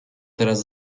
teraz